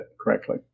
correctly